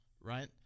Right